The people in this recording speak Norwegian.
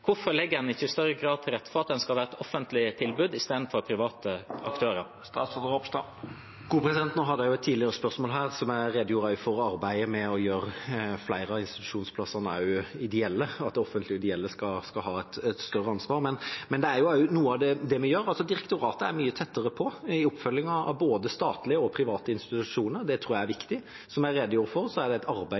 Hvorfor legger en ikke i større grad til rette for at en skal ha et offentlige tilbud istedenfor private aktører? I forbindelse med et tidligere spørsmål redegjorde jeg for arbeidet med å gjøre flere av institusjonsplassene ideelle – at det offentlige og ideelle skal ha et større ansvar. Noe av det vi gjør, er at direktoratet er mye tettere på i oppfølgingen av både statlige og private institusjoner. Det tror jeg er viktig. Som jeg redegjorde for, er det et arbeid